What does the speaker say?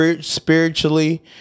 spiritually